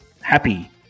Happy